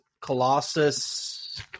Colossus